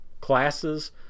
classes